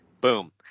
boom